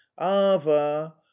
Ava